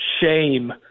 shame